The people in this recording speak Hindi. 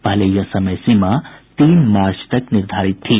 पहले यह समय सीमा तीन मार्च तक निर्धारित थी